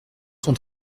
son